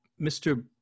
Mr